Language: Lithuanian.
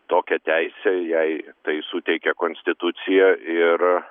tokią teisę jai tai suteikia konstitucija ir